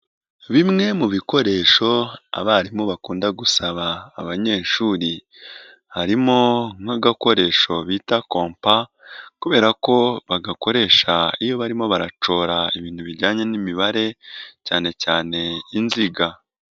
Bimwe mu bikoresho abarimu bakunda gusaba abanyeshuri, harimo nk'agakoresho bita kompa kubera ko bagakoresha iyo barimo barashora ibintu bijyanye n'imibare cyane cyane inziga.